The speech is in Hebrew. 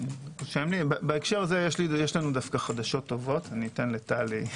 בהקשר הזה יש לנו חדשות טובות אתן לטלי.